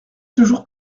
toujours